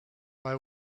why